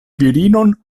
virinon